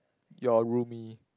your roomie